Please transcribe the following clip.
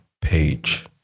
page